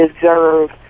deserve